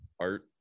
art